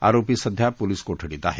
आरोपी सध्या पोलीस कोठडीत आहे